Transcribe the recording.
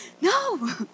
No